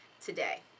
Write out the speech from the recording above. today